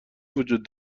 وجود